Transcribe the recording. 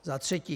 Za třetí.